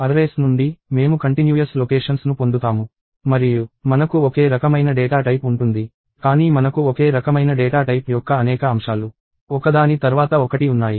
arrays నుండి మేము continuous locations ను పొందుతాము మరియు మనకు ఒకే రకమైన డేటా టైప్ ఉంటుంది కానీ మనకు ఒకే రకమైన డేటా టైప్ యొక్క అనేక అంశాలు ఒకదాని తర్వాత ఒకటి ఉన్నాయి